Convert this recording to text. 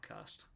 podcast